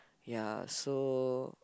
ya so